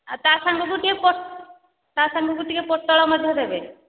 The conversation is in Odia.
ଆଉ ତା ସାଙ୍ଗକୁ ଟିକିଏ ତା ସାଙ୍ଗକୁ ଟିକିଏ ପୋଟଳ ମଧ୍ୟ ଦେବେ